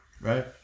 right